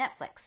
Netflix